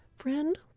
Friend